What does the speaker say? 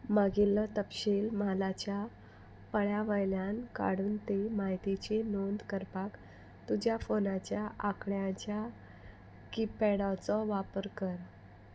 मागिल्लो तपशील म्हालाच्या पळ्या वयल्यान काडून ती म्हायतीची नोंद करपाक तुज्या फोनाच्या आंकड्याच्या कीपॅडाचो वापर कर